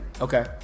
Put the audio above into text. Okay